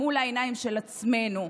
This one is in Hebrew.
מול העיניים של עצמנו,